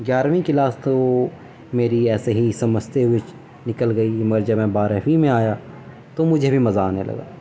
گیارہویں کلاس تو میری ایسے ہی سمجھتے ہوئے نکل گئی مگر جب میں بارہویں میں آیا تو مجھے بھی مزہ آنے لگا